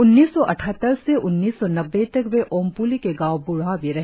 उन्नीस सौ अट्टहत्तर से उन्नीस सौ नब्बे तक वे ओमप्ली के गांव ब्ढ़ा भी रहे